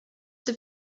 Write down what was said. have